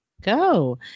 Go